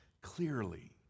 clearly